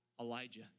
Elijah